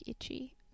itchy